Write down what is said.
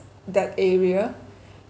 that area